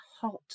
hot